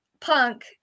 punk